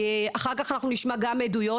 אחר כך נשמע גם עדויות.